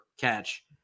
catch